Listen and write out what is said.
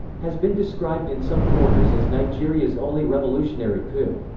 has been described in some quarters as nigeria's only revolutionary coup.